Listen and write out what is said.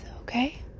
okay